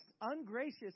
ungracious